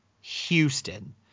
Houston